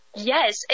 Yes